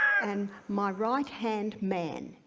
and my right-hand man,